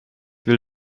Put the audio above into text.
will